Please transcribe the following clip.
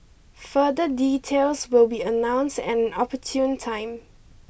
further details will be announced an opportune time